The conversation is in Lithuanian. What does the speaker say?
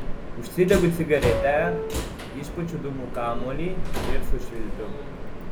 užsidegu cigaretę išpučiu dūmų kamuolį ir sušvilpiu